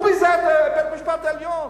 הוא ביזה את בית-המשפט העליון.